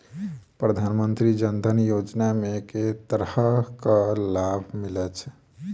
प्रधानमंत्री जनधन योजना मे केँ तरहक लाभ मिलय छै?